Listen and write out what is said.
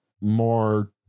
more